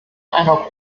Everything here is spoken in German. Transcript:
einer